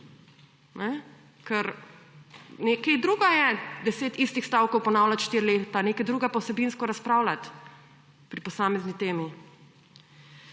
ker nekaj drugo je 10 istih stavkov ponavljat 4 leta, nekaj drugo pa vsebinsko razpravljat pri posamezni temi.